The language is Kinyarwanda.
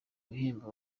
bihembo